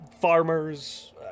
farmers